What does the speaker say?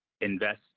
invest